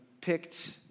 picked